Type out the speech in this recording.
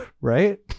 right